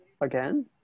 Again